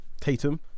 Tatum